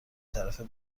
طرفه